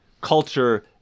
culture